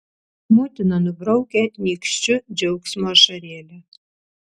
motina nubraukia nykščiu džiaugsmo ašarėlę